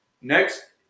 Next